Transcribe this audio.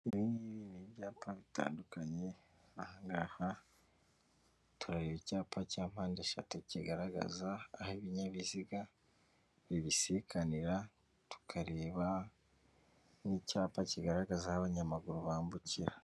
Ibingibi ni ibyapa bitandukanye, ahangaha turareba icyapa cya mpandeshatu kigaragaza aho ibinyabiziga bibisikanira, tukareba n'icyapa kigaragaza aho abanyamaguru bambukira.